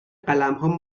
قلمها